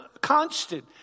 constant